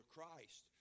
Christ